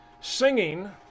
singing